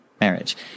marriage